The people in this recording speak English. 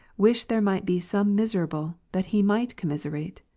wish there might be some miserable, that he might commiserate.